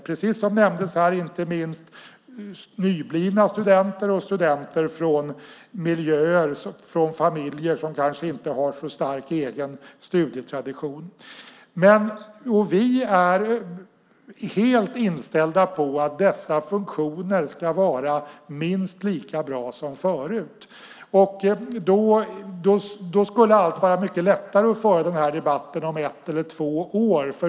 Precis som nämndes här gäller det inte minst nyblivna studenter och studenter från miljöer och familjer som inte har så stark egen studietradition. Vi är helt inställda på att dessa funktioner ska vara minst lika bra som förut. Det skulle vara mycket lättare att föra den här debatten om ett eller två år.